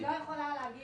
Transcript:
לא עם